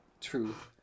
truth